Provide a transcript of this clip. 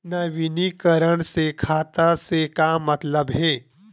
नवीनीकरण से खाता से का मतलब हे?